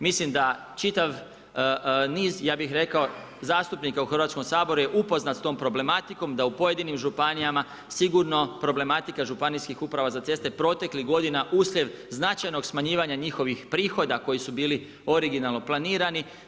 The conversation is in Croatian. Mislim da čitav niz, ja bih rekao zastupnik u Hrvatskom saboru je upoznat sa tom problematikom da u pojedinim županijama sigurno problematika županijskih uprava za ceste proteklih godina uslijed značajnog smanjivanja njihovih prihoda koji su bili originalno planirani.